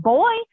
boy